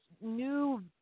new